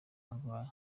barwayi